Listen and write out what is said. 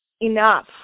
enough